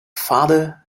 father